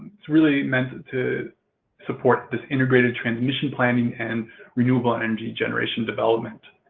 it's really meant to support this integrated transmission planning and renewable energy generation development.